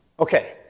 Okay